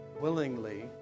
willingly